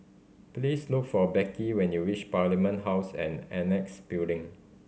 please look for Becky when you reach Parliament House and Annexe Building